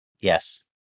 Yes